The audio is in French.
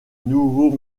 nouveaux